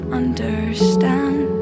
understand